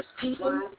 People